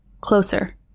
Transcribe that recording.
Closer